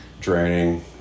draining